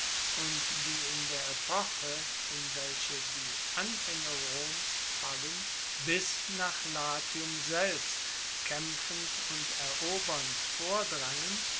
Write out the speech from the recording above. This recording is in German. und die in der epoche in welche die anfaenge roms fallen bis nach latium selbst kaempfend und erobernd vordrangen